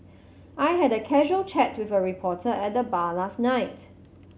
I had a casual chat with a reporter at the bar last night